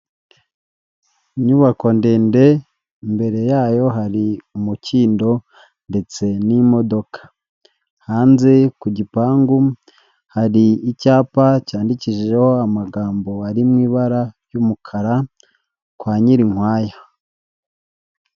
Inyubako ndende imbere yayo hari umukindo ndetse n'imodoka, hanze ku gipangu hari icyapa cyandikishijeho amagambo ari mu ibara ry'umukara kwa Nyirinkwaya.